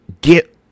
Get